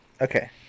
okay